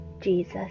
jesus